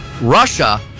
russia